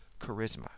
charisma